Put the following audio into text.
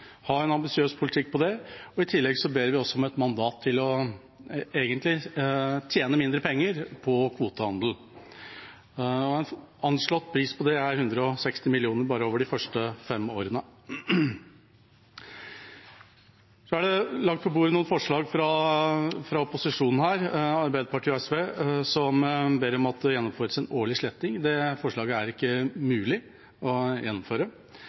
ha en ambisiøs politikk på det. I tillegg ber vi også om et mandat til egentlig å tjene mindre penger på kvotehandel, og en anslått pris på det er 160 mill. kr bare over de første fem årene. Så er det lagt på bordet noen forslag fra opposisjonen her, fra Arbeiderpartiet og SV, som ber om at det gjennomføres en årlig sletting. Det forslaget er ikke mulig å gjennomføre.